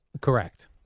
Correct